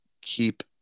keep